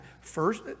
first